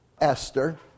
Esther